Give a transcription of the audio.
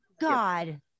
god